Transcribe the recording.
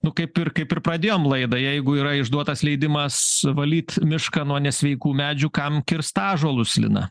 nu kaip ir kaip ir pradėjom laidą jeigu yra išduotas leidimas valyt mišką nuo nesveikų medžių kam kirst ąžuolus lina